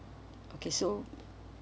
okay so